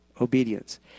obedience